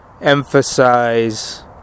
emphasize